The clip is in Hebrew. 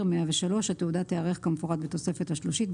התעודה תיערך כמפורט בתוספת השלישית,